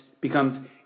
becomes